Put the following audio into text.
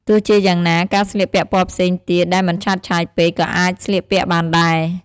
ទោះជាយ៉ាងណា ការស្លៀកពាក់ពណ៌ផ្សេងទៀតដែលមិនឆើតឆាយពេក ក៏អាចស្លៀកពាក់បានដែរ។